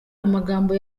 amagambo